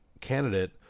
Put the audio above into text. candidate